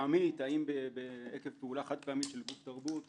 האם עקב פעולה חד-פעמית של מוסד תרבות